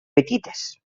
petites